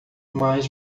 mais